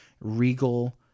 regal